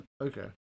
Okay